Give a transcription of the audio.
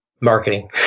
marketing